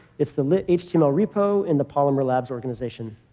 it's the lit-html repo in the polymer labs organization.